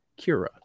Kira